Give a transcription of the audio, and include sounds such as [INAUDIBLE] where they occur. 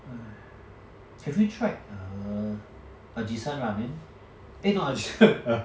!haiya! have you tried err ajisen ramen eh not [LAUGHS] ajisen ramen